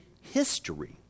history